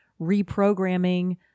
reprogramming